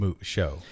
show